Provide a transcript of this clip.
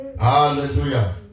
Hallelujah